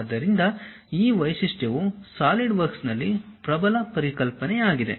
ಆದ್ದರಿಂದ ಈ ವೈಶಿಷ್ಟ್ಯವು ಸಾಲಿಡ್ವರ್ಕ್ಸ್ನಲ್ಲಿ ಪ್ರಬಲ ಪರಿಕಲ್ಪನೆಯಾಗಿದೆ